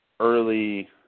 early